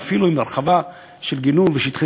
ואפילו עם הרחבה של שטחי גינון ושטחי